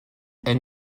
elle